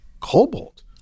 cobalt